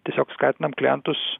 tiesiog skatinam klientus